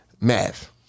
math